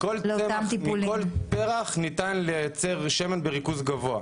מכל פרח ניתן לייצר שמן בריכוז גבוה.